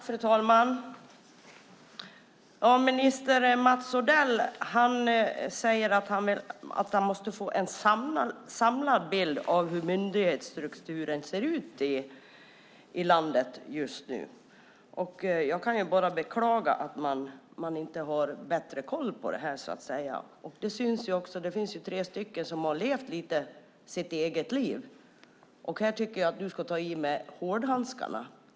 Fru talman! Minister Mats Odell säger att han måste få en samlad bild av hur myndighetsstrukturen i landet just nu ser ut. Jag kan bara beklaga att man inte har bättre koll på detta. Det finns tre myndigheter som lite grann har levt sitt eget liv. Jag tycker att du, Mats Odell, ska ta i med hårdhandskarna.